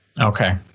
Okay